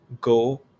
go